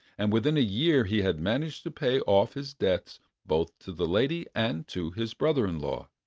and within a year he had managed to pay off his debts both to the lady and to his brother-in-law.